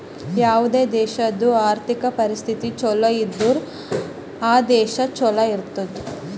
ಯಾವುದೇ ದೇಶಾದು ಆರ್ಥಿಕ್ ಪರಿಸ್ಥಿತಿ ಛಲೋ ಇದ್ದುರ್ ಆ ದೇಶಾ ಛಲೋ ಇರ್ತುದ್